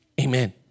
Amen